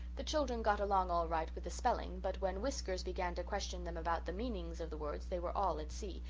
the children got along all right with the spelling but when whiskers began to question them about the meanings of the words they were all at sea,